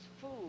food